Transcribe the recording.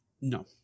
No